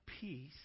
peace